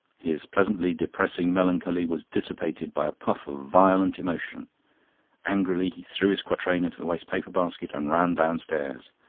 his pleasantly depressing melancholy was dissipated by a puff of violent emotion angrily he threw his quatrain into the waste-paper basket and ran downstairs.